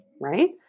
Right